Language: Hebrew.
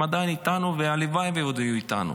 הם עדיין איתנו, והלוואי ועוד יהיו איתנו,